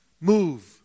move